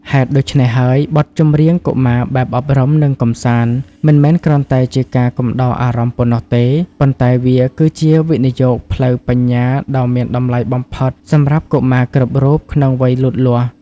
ហេតុដូច្នេះហើយ បទចម្រៀងកុមារបែបអប់រំ និងកម្សាន្ត មិនមែនគ្រាន់តែជាការកំដរអារម្មណ៍ប៉ុណ្ណោះទេ ប៉ុន្តែវាគឺជាវិនិយោគផ្លូវបញ្ញាដ៏មានតម្លៃបំផុតសម្រាប់កុមារគ្រប់រូបក្នុងវ័យលូតលាស់